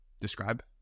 describe